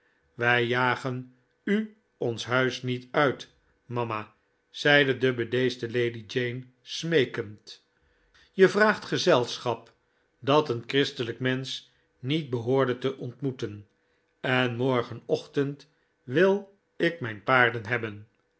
wij jagen u ons huis niet uit mama zeide de bedeesde lady jane smeekend je vraagt gezelschap dat een christelijk mensch niet behoorde te ontmoeten en morgenochtend wil ik mijn paarden hebben